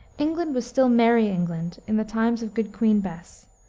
england was still merry england in the times of good queen bess,